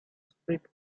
speak